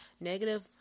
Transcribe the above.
negative